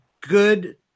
good –